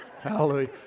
Hallelujah